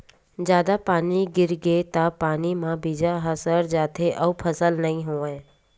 जादा पानी गिरगे त पानी म बीजा ह सर जाथे अउ फसल नइ होवय